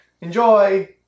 Enjoy